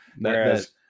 whereas